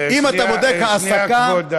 שנייה, כבודו.